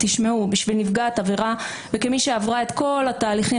בשביל נפגעת עבירה וכמי שעברה את כל התהליכים,